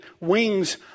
wings